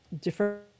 different